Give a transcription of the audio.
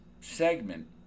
segment